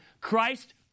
Christ